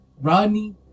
Rodney